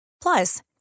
Plus